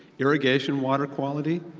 irrigation water quality,